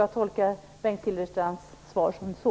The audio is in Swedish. Jag tolkar Bengt Silfverstrands svar som så.